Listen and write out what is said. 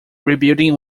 rebuilding